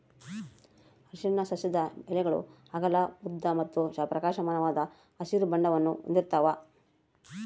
ಅರಿಶಿನ ಸಸ್ಯದ ಎಲೆಗಳು ಅಗಲ ಉದ್ದ ಮತ್ತು ಪ್ರಕಾಶಮಾನವಾದ ಹಸಿರು ಬಣ್ಣವನ್ನು ಹೊಂದಿರ್ತವ